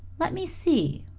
let me see,